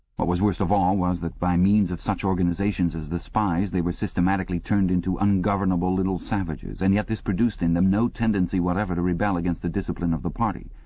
what was worst of all was that by means of such organizations as the spies they were systematically turned into ungovernable little savages, and yet this produced in them no tendency whatever to rebel against the discipline of the party.